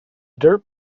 dirt